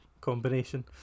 combination